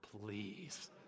please